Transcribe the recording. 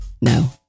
No